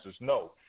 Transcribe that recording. No